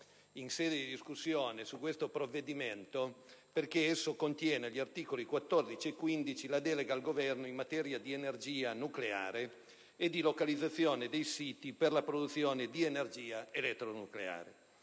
in sede di discussione su questo provvedimento perché esso contiene, agli articoli 14 e 15, una delega al Governo in materia di energia nucleare e di localizzazione dei siti per la produzione di energia elettronucleare,